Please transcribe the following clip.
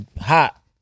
hot